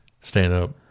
stand-up